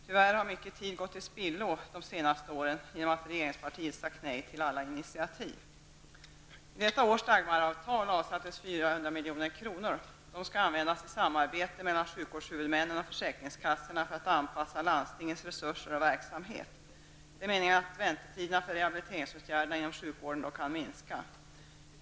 Tyvärr har mycket tid gått till spillo de senaste åren genom att regeringspartiet har sagt nej till alla initiativ. I detta års Dagmaravtal avsattes 400 milj.kr. De skall användas i sammarbete mellan sjukvårdshuvudmännen och försäkringskassorna för att anpassa landstingens resurser och verksamhet. Det är meningen att väntetiderna för rehabiliteringsåtgärder inom sjukvården då kan minska.